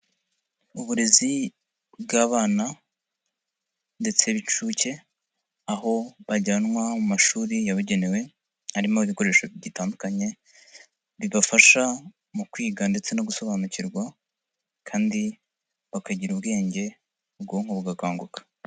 Uburezi bw'abana ndetse b'inshuke aho bajyanwa mu mashuri yabugenewe arimo ibikoresho bitandukanye bibafasha mu kwiga ndetse no gusobanukirwa kandi bakagira ubwenge ubwonko bugakanguka.